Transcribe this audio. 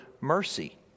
mercy